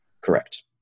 Correct